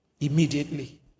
immediately